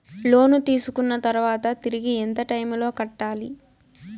లోను తీసుకున్న తర్వాత తిరిగి ఎంత టైములో కట్టాలి